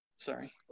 Sorry